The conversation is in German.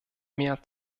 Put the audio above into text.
mehr